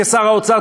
כשר האוצר,